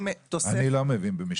אני לא מבין במשפטים.